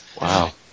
Wow